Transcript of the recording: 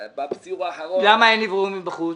למה אין אוורור מבחוץ?